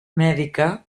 mèdica